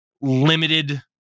limited